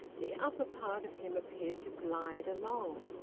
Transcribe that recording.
the upper part of him appeared to glide along.